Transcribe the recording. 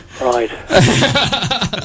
Right